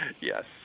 Yes